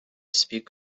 speak